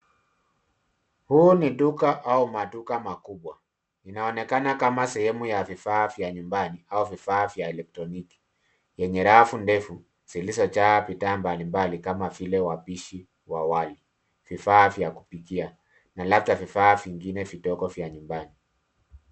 Huu ni duka au maduka makubwa inaonekana kama sehemu ya vifaa vya nyumbani au vifaa vya elektronoki yenye rafu ndefu zilizo jaa bidhaa mbali mbali kama vile wapishi wa walio vifaa vya kupikia na labda vifaa vingine vidogo vya nyumbani